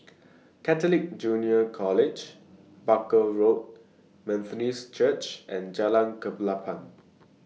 Catholic Junior College Barker Road Methodist Church and Jalan Klapa